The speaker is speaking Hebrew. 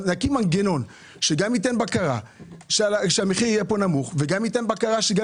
נקים מנגנון שגם ייתן בקרה שהמחיר יהיה נמוך וגם ייתן בקרה שגם